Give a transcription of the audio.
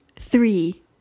three